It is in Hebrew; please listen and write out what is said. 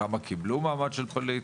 כמה קיבלו מעמד של פליט?